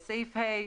סעיף קטן (ה)